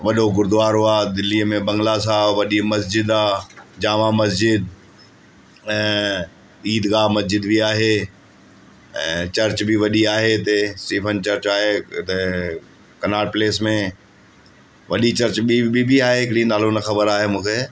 वॾो गुरुद्वारो आहे दिल्लीअ में बंगला साहिबु वॾी मस्जिद आहे जामा मस्जिद ऐं ईदगाह मस्जिद बि आहे ऐं चर्च बि वॾी आहे हिते स्टीफ़न चर्च आहे हिते कनॉट प्लेस में वॾी चर्च ॿीं ॿीं बि आहे हिकिड़ी नालो न ख़बर आहे मूंखे